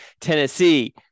Tennessee